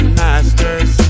masters